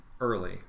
early